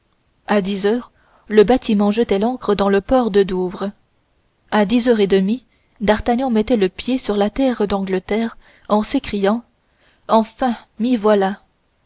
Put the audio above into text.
à dix heures le bâtiment jetait l'ancre dans le port de douvres à dix heures et demie d'artagnan mettait le pied sur la terre d'angleterre en s'écriant enfin m'y